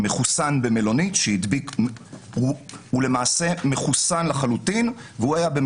מחוסן במלונית שהיה בחדר אחד,